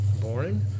boring